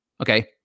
Okay